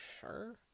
sure